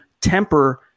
temper